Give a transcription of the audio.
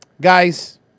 guys